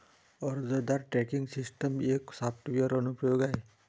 अर्जदार tracking system एक software अनुप्रयोग आहे